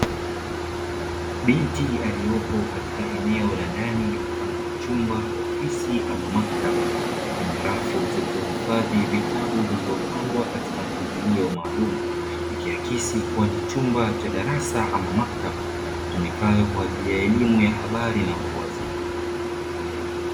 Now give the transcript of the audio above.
Binti aliyepo katika eneo la ndani mfano wa chumba cha ofisi ama maktaba, yenye rafu zilizohifadhi vitabu vilivyopangwa kwa mpangilio maalumu, ikiakisi kuwa ni chumba cha darasa ama maktaba itumikayo na watoa habari ama watu wazima.